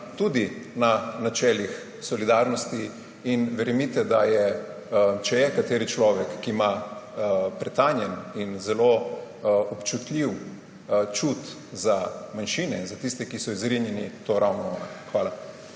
tudi na načelih solidarnosti. Verjemite, da če je kateri človek, ki ima pretanjen in zelo občutljiv čut za manjšine, za tiste, ki so izrinjeni, je to ravno ona. Hvala.